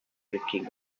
tricking